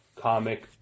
comic